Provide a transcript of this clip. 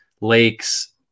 lakes